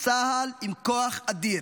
צה"ל עם כוח אדיר.